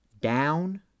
down